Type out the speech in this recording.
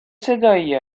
صدایی